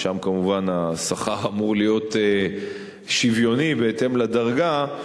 ושם כמובן השכר אמור להיות שוויוני בהתאם לדרגה,